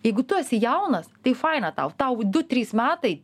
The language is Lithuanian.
jeigu tu esi jaunas tai faina tau du trys metai